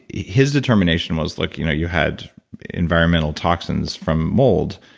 his determination was, look you know you had environmental toxins from mold,